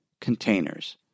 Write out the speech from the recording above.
containers